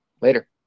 Later